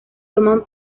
toman